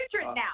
now